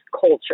culture